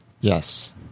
Yes